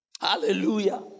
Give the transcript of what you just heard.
Hallelujah